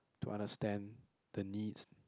to understand the needs